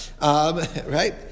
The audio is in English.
Right